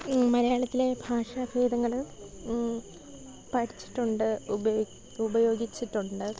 മലയാളത്തിലെ ഭാഷാഭേദങ്ങള് പഠിച്ചിട്ടുണ്ട് ഉപയോ ഉപയോഗിച്ചിട്ടുണ്ട്